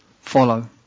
follow